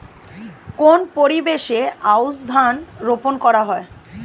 কোন পরিবেশে আউশ ধান রোপন করা হয়?